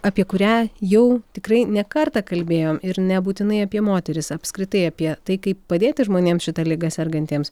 apie kurią jau tikrai ne kartą kalbėjom ir nebūtinai apie moteris apskritai apie tai kaip padėti žmonėms šita liga sergantiems